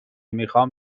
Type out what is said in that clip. میخوام